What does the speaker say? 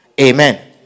Amen